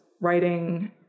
writing